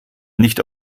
nicht